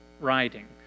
writing